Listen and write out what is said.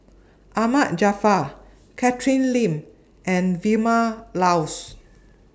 Ahmad Jaafar Catherine Lim and Vilma Laus